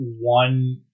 one